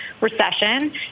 recession